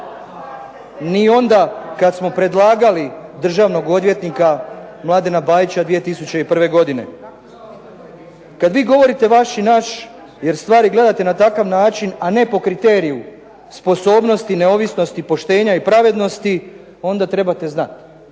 ni onda kada smo predlagali državnog odvjetnika Mladena BAjića 2001. godine. Kada vi govorite vaš i naš jer stvari gledate na takav način, a ne po kriteriju sposobnosti, neovisnosti, poštenja i pravednosti onda trebate znati